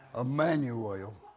Emmanuel